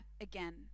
again